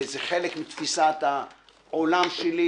זה חלק מתפישת העולם שלי,